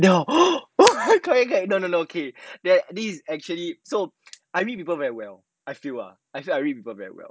ya correct correct don't don't don't okay then this is actually so I read people very well I feel ah I feel I read people very well